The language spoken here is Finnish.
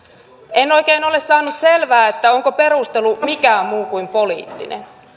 en oikein ole saanut selvää onko perustelu mikään muu kuin poliittinen